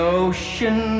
ocean